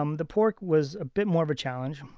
um the pork was a bit more of a challenge.